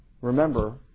Remember